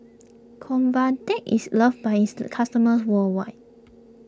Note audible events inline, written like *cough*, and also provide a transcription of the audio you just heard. Convatec is loved by its *unintelligible* customers worldwide